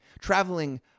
Traveling